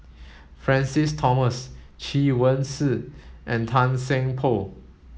Francis Thomas Chen Wen Hsi and Tan Seng Poh